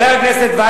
חבר הכנסת וקנין,